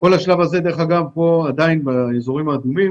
בשלב הזה עדיין באזורים האדומים